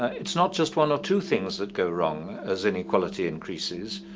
it's not just one or two things that go wrong as inequality increases.